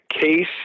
Case